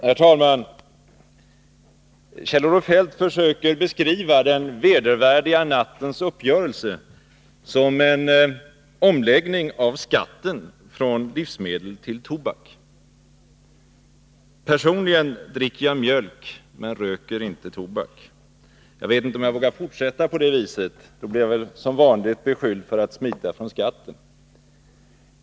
Herr talman! Kjell-Olof Feldt försöker beskriva den vedervärdiga nattens uppgörelse som en omläggning av skatten från livsmedel till tobak. Personligen dricker jag mjölk men röker inte tobak. Jag vet inte om jag vågar fortsätta på det viset — då blir jag väl som vanligt beskylld för att smita från skatten.